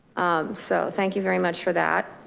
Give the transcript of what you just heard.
so thank you very much for that.